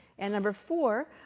and number four,